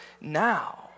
now